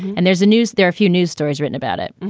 and there's a news there, a few news stories written about it.